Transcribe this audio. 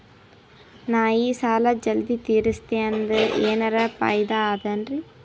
ನಾ ಈ ಸಾಲಾ ಜಲ್ದಿ ತಿರಸ್ದೆ ಅಂದ್ರ ಎನರ ಫಾಯಿದಾ ಅದರಿ?